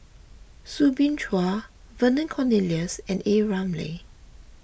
Soo Bin Chua Vernon Cornelius and A Ramli